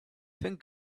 thank